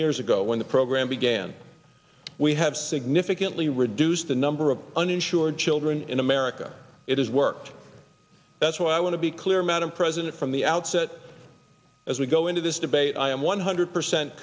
years ago when the program began we have significantly reduced the number of uninsured children in america it has worked that's why i want to be clear madam president from the outset as we go into this debate i am one hundred percent